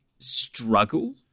struggle